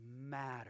matter